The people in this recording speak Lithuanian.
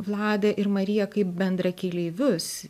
vladą ir mariją kaip bendrakeleivius